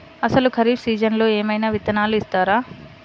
అసలు ఖరీఫ్ సీజన్లో ఏమయినా విత్తనాలు ఇస్తారా?